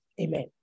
amen